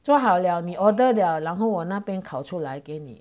做好了你 order 了然后我那边烤出来给你